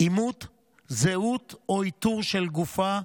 אימות זהות או איתור של גופה,